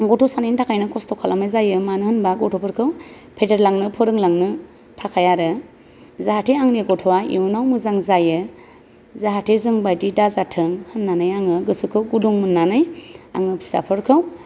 गथ' सानैनि थाखायनो खस्थ' खालामनाय जायो मानो होनोबा गथ'फोरखौ फेदेरलांनो फोरोंलांनो थाखाय आरो जाहाथे आंनि गथ'आ इउनाव मोजां जायो जाहाथे जों बायदि दाजाथों होननानै आङो गोसोखौ गुदुं मोननानै आङो फिसाफोरखौ